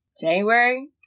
january